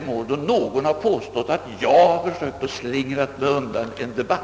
var — då någon har påstått att jag har försökt slingra mig undan en debatt.